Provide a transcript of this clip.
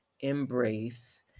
embrace